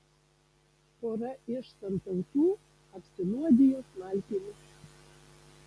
pora iš suntautų apsinuodijo smalkėmis